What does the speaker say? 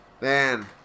man